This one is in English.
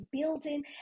building